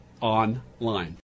online